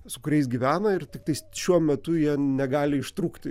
su kuriais gyvena ir tiktais šiuo metu jie negali ištrūkti